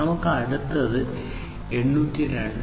നമുക്ക് അടുത്തത് 802